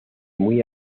muy